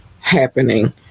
happening